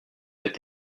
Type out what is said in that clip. êtes